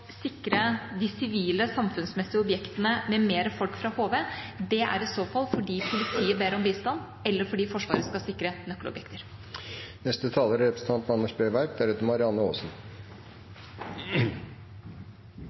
sikre de sivile samfunnsmessige objektene med mer folk fra HV. Det er i så fall fordi politiet ber om bistand, eller fordi Forsvaret skal sikre nøkkelobjekter. Først og fremst en kommentar til representanten